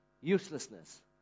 uselessness